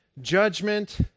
Judgment